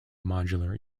modular